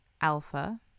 alpha